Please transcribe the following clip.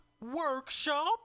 workshop